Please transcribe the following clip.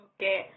Okay